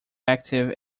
active